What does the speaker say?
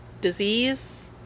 Disease